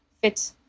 fit